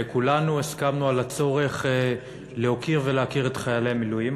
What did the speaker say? כולנו הסכמנו על הצורך להוקיר ולהכיר את חיילי המילואים.